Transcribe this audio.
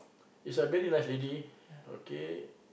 is a very nice lady okay